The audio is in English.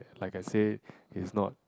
like I said is not